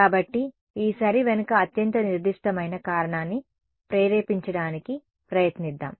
కాబట్టి ఈ సరి వెనుక అత్యంత నిర్దిష్టమైన కారణాన్ని ప్రేరేపించడానికి ప్రయత్నిద్దాం